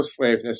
slaveness